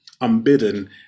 unbidden